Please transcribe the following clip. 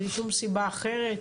בלי שום סיבה אחרת,